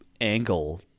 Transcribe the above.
angle